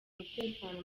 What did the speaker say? umutekano